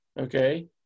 okay